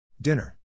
Dinner